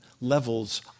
levels